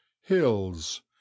hills